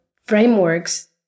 frameworks